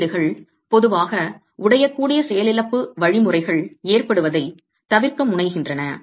குறியீடுகள் பொதுவாக உடையக்கூடிய செயலிழப்பு வழிமுறைகள் ஏற்படுவதைத் தவிர்க்க முனைகின்றன